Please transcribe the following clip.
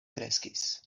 kreskis